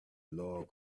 log